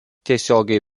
tiesiogiai